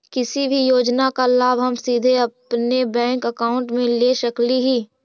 किसी भी योजना का लाभ हम सीधे अपने बैंक अकाउंट में ले सकली ही?